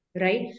Right